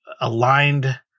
aligned